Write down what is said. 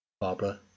Barbara